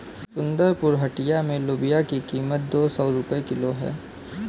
सुंदरपुर हटिया में लोबिया की कीमत दो सौ रुपए किलो है